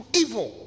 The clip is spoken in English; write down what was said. evil